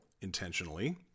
intentionally